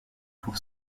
pour